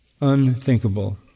unthinkable